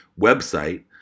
website